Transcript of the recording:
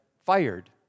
fired